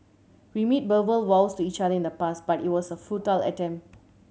we made verbal vows to each other in the past but it was a futile attempt